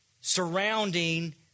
surrounding